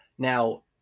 Now